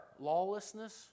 lawlessness